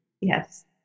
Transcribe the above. Yes